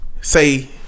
say